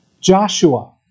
Joshua